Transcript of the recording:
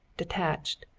detached,